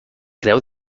creu